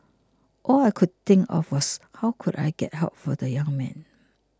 all I could think of was how could I get help for the young man